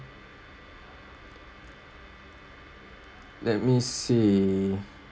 let me see